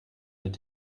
mit